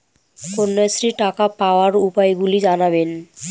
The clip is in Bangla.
কন্যাশ্রীর টাকা পাওয়ার উপায়গুলি জানাবেন?